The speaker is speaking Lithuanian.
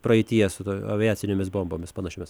praeityje su aviacinėmis bombomis panašiomis